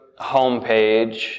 homepage